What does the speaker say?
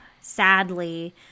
sadly